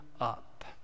up